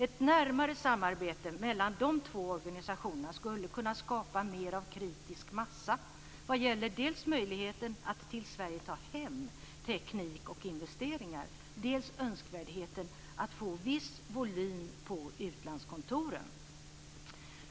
Ett närmare samarbete mellan de två organisationerna skulle kunna skapa mer av kritisk massa vad gäller dels möjligheten att till Sverige ta hem teknik och investeringar, dels önskvärdheten att få viss volym på utlandskontoren.